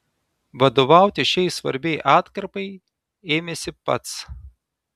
vadovauti šiai svarbiai atkarpai ėmėsi pats